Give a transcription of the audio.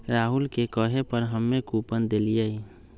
राहुल के कहे पर हम्मे कूपन देलीयी